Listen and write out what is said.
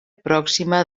pròxima